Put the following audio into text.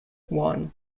one